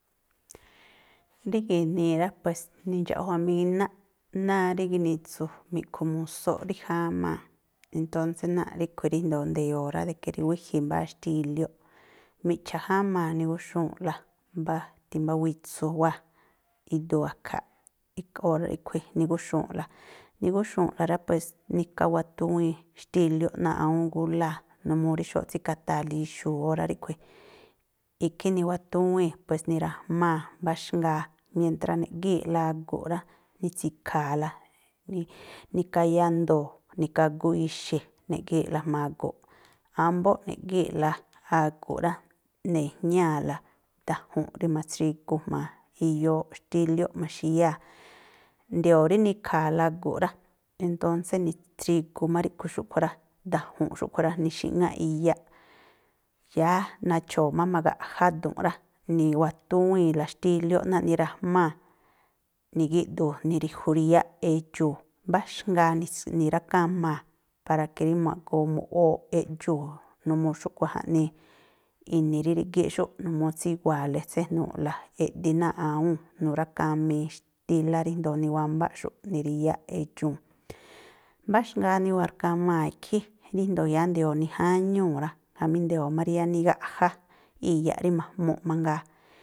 Rí gi̱nii rá pues, ni̱ndxa̱ꞌjua̱mínáꞌ náá rí ginitsu mi̱ꞌkhu musóꞌ rí jáma̱a, entónsé náa̱ꞌ ríꞌkhui̱ ríjndo̱o nde̱yo̱o̱ rá, de ke rí wíji̱ mbáá xtílióꞌ, miꞌcha̱ jáma̱a nigúxu̱u̱nꞌla mbá timbá witsu wáa̱ iduu a̱kha̱ꞌ nigúxu̱u̱nꞌla. Nigúxu̱u̱nꞌla rá, pues nika áwa̱túwiin xtílióꞌ náa̱ꞌ awúún gúláa̱, numuu rí xóóꞌ tsíka̱taa̱le ixu̱u̱ órá ríꞌkhui̱. Ikhí ni̱wa̱túwíi̱n, pues ni̱ra̱jmáa̱ mbáxngaa, mientra ne̱ꞌgíi̱ꞌla agu̱ꞌ rá, ni̱tsi̱kha̱a̱la, nikáyá ndo̱o̱, nikágú ixi̱, ne̱ꞌgíi̱ꞌla jma̱a agu̱ꞌ. Ámbóꞌ ne̱ꞌgíi̱ꞌla agu̱ꞌ rá, ne̱jñáa̱la daan a̱ju̱nꞌ rí ma̱tsrigu jma̱a iyooꞌ xtílióꞌ ma̱xíyáa̱. Nde̱yo̱o̱ rí nikha̱a̱la agu̱ꞌ ra, entónsé ni̱tsrigu má ríꞌkhui̱ xúꞌkhui̱ rá daan a̱ju̱nꞌ xúꞌkhui̱ rá. ni̱xi̱ꞌŋáꞌ iyaꞌ, yáá nacho̱o̱ má ma̱gaꞌjá dunꞌ rá, ni̱wa̱túwíi̱nla xtílióꞌ náa̱ꞌ ni̱ra̱jmáa̱, ni̱gíꞌdu̱u̱ ni̱ri̱ju̱ríyáꞌ edxu̱u̱, mbáxngaa ni̱rákamaa̱, para ke rí ma̱goo mu̱ꞌwooꞌ eꞌdxuu̱, numuu xúꞌkhui̱ jaꞌnii i̱ni̱ rí rígíꞌ xúꞌ, numuu tséjnu̱u̱ꞌla eꞌdi náa̱ꞌ awúu̱n. Nu̱rákamii xtílá ríjndo̱o niwámbáꞌxu̱ꞌ ni̱ríyáꞌ edxuu̱n. Mbáxngaa niwa̱rkamaa̱ ikhí, ríjndo̱o yáá nde̱yo̱o̱ nijáñúu̱ rá, jamí nde̱yo̱o̱ má rí yáá nigaꞌjá iyaꞌ rí ma̱jmuꞌ mangaa.